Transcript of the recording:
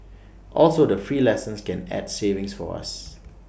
also the free lessons can add savings for us